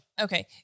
Okay